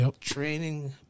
training